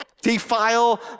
defile